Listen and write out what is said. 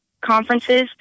conferences